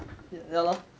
ya lor